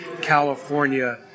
California